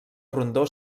rondó